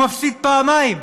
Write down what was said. מפסיד פעמיים: